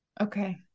Okay